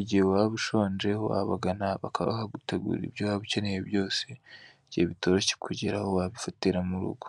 Igihe waba ushonje wabagana bakaba bagutegurira ibyo waba ukeneye byose, mu gihe bitoroshye kugera aho wabifatira mu rugo.